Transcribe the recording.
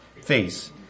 face